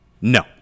No